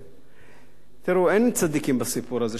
תראו, אין צדיקים בסיפור הזה, שאף אחד לא יחשוב.